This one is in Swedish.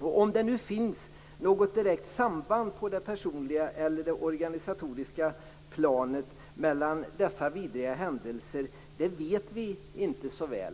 Om det finns något direkt samband på det personliga eller organisatoriska planet mellan dessa vidriga händelser vet vi inte.